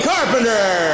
Carpenter